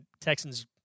Texans